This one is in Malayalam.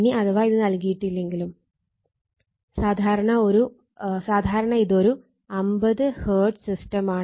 ഇനി അഥവാ ഇത് നൽകിയിട്ടില്ലെങ്കിലും സാധാരണ ഇതൊരു 50 ഹേർട്ട്സ് സിസ്റ്റമാണ്